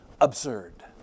absurd